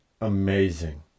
amazing